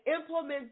implement